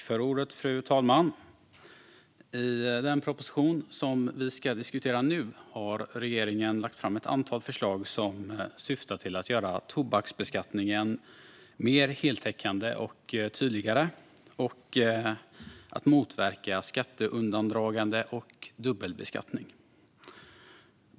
Fru talman! I den proposition som vi ska diskutera nu har regeringen lagt fram ett antal förslag som syftar till att göra tobaksbeskattningen mer heltäckande och tydligare och motverka skatteundandragande och dubbelbeskattning.